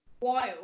wild